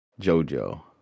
Jojo